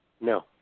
No